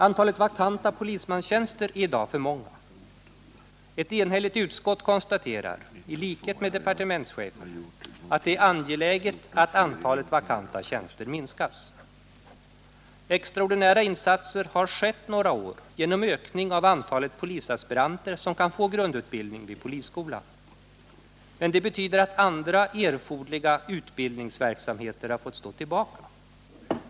Antalet vakanta polismanstjänster är i dag för många. Ett enhälligt utskott konstaterar — i likhet med departementschefen — att det är angeläget att antalet vakanta tjänster minskas. Extraordinära insatser har skett några år genom ökning av antalet polisaspiranter som kan få grundutbildning vid polisskolan. Men det betyder att andra erforderliga utbildningsverksamheter fått stå tillbaka.